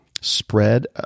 spread